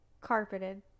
carpeted